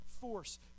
force